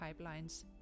pipelines